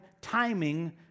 timing